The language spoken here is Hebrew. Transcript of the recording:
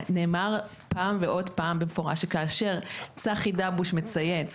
נאמר פעם ועוד פעם במפורש שכאשר צחי דבוש מצייץ,